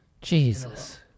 Jesus